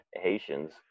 Haitians